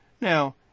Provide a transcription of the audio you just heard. Now